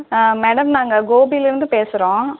madam நாங்கள் கோபிலேருந்து பேசுகிறோம்